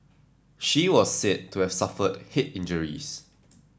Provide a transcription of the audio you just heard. she was said to have suffered head injuries